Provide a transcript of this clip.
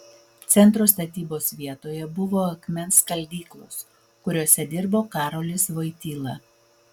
centro statybos vietoje buvo akmens skaldyklos kuriose dirbo karolis vojtyla